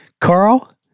Carl